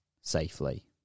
safely